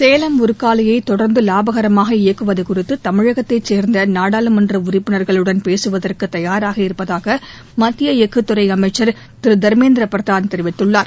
சேலம் உருக்காலையை தொடர்ந்து லாபகரமாக இயக்குவது குறித்து தமிழகத்தைச் சேர்ந்த நாடாளுமன்ற உறுப்பினர்களுடன் பேசுவதற்கு தயாராக இருப்பதாக மத்திய எஃகு துறை அமைச்சர் திரு தர்மேந்திர பிரதான் தெரிவித்துள்ளார்